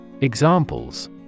Examples